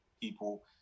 people